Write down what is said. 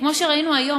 כמו שראינו היום.